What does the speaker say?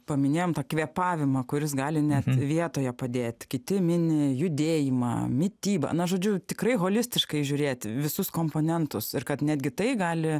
paminėjom tą kvėpavimą kuris gali net vietoje padėti kiti mini judėjimą mitybą na žodžiu tikrai holistiškai žiūrėti visus komponentus ir kad netgi tai gali